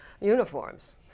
uniforms